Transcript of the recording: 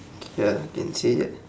K lah can say that